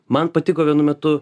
man patiko vienu metu